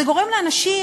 זה גורם לאנשים,